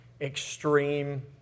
Extreme